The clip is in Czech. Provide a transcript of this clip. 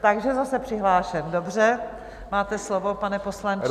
Takže zase přihlášen, dobře, máte slovo, pane poslanče.